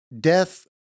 death